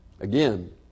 Again